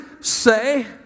say